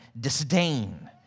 disdain